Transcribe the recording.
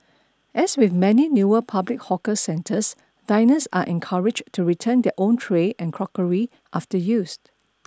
as with many newer public hawker centres diners are encouraged to return their own tray and crockery after use